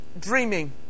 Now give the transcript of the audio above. dreaming